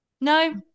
no